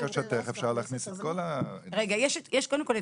לפי בקשתך אפשר להכניס את כל --- קודם כל,